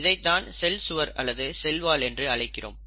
இதைத்தான் செல் சுவர் அல்லது செல் வால் என்று அழைக்கிறோம்